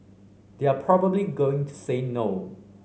they are probably going to say no